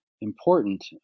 important